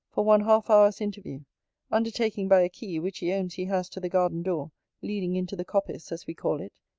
for one half-hour's interview undertaking by a key, which he owns he has to the garden-door, leading into the coppice, as we call it,